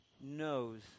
knows